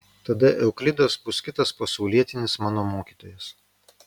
tada euklidas bus kitas pasaulietinis mano mokytojas